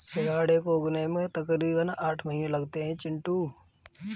सिंघाड़े को उगने में तकरीबन आठ महीने लगते हैं चिंटू